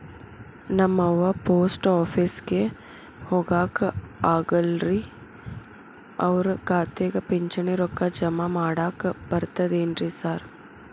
ನಮ್ ಅವ್ವ ಪೋಸ್ಟ್ ಆಫೇಸಿಗೆ ಹೋಗಾಕ ಆಗಲ್ರಿ ಅವ್ರ್ ಖಾತೆಗೆ ಪಿಂಚಣಿ ರೊಕ್ಕ ಜಮಾ ಮಾಡಾಕ ಬರ್ತಾದೇನ್ರಿ ಸಾರ್?